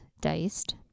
diced